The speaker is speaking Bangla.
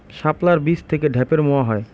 শাপলার বীজ থেকে ঢ্যাপের মোয়া হয়?